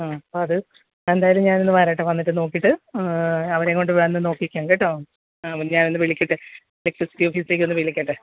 ആ അപ്പം അത് എന്തായാലും ഞാനൊന്ന് വരട്ടെ വന്നിട്ട് നോക്കീട്ട് അവരെയും കൊണ്ട് വന്ന് നോക്കിക്കാം കേട്ടോ ആ ഞാൻ ഒന്ന് വിളിക്കട്ടെ ഇലക്ട്രിസിറ്റി ഓഫീസിലേക്കൊന്ന് വിളിക്കട്ടെ